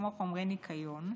כמו חומרי ניקיון,